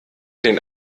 den